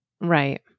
Right